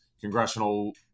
congressional